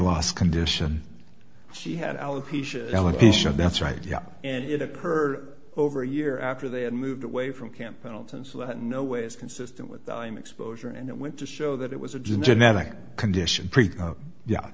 loss condition she had alopecia elocution that's right yeah and it occurred over a year after they had moved away from camp pendleton so that no way is consistent with the time exposure and it went to show that it was a genetic condition